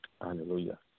Hallelujah